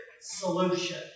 solution